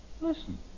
Listen